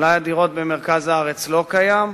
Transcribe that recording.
אכן מלאי הדירות במרכז הארץ לא קיים,